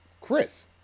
Chris